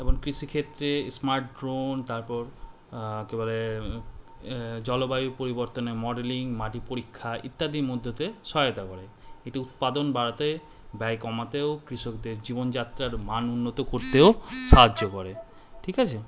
এবং কৃষিক্ষেত্রে smart drone তারপর কি বলে জলবায়ু পরিবর্তনে মডেলিং মাটি পরীক্ষা ইত্যাদির মধ্যতে সহায়তা করে এটি উৎপাদন বাড়াতে ব্যয় কমাতেও কৃষকদের জীবনযাত্রার মান উন্নত করতেও সাহায্য করে ঠিক আছে